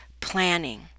planning